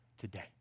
today